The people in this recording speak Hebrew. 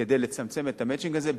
כדי לצמצם את ה"מצ'ינג" הזה,